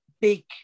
big